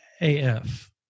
AF